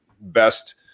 best